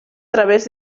través